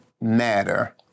matter